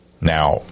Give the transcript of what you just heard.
Now